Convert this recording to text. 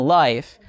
life